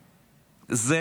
חבריי.